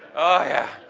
oh yeah.